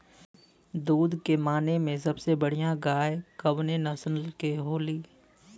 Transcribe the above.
दुध के माने मे सबसे बढ़ियां गाय कवने नस्ल के होली?